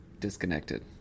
disconnected